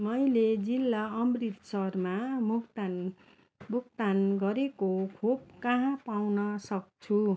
मैले जिल्ला अमृतसरमा मुक्तान भुक्तान गरिएको खोप कहाँ पाउनसक्छु